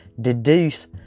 deduce